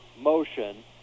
motion